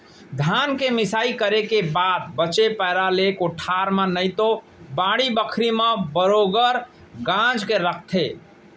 धान के मिंसाई करे के बाद बचे पैरा ले कोठार म नइतो बाड़ी बखरी म बरोगर गांज के रखथें